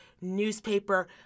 newspaper